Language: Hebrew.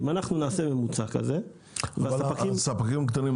אם אנחנו נעשה ממוצע כזה --- אבל הספקים הקטנים,